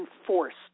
enforced